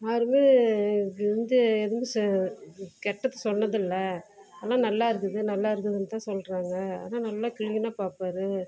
யாரும் வந்து கெட்டது சொன்னதில்லை எல்லாம் நல்லாயிருக்குது நல்லாயிருக்குதுன்னு தான் சொல்கிறாங்க ஆனால் நல்லா க்ளீனாக பாப்பார்